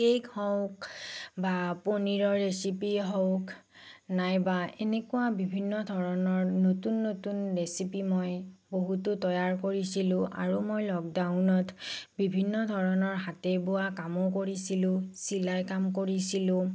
cake হওক বা পনীৰৰ ৰেচিপিয়ে হওক নাইবা এনেকুৱা বিভিন্ন ধৰণৰ নতুন নতুন ৰেচিপি মই বহুতো তৈয়াৰ কৰিছিলোঁ আৰু মই লকডাউনত বিভিন্ন ধৰণৰ হাতে বোৱা কামো কৰিছিলোঁ চিলাই কাম কৰিছিলোঁ